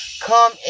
Come